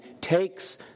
takes